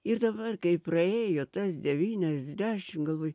ir dabar kai praėjo tas devyniasdešim galvoju